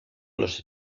los